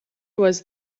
was